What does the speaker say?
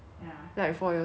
like for your school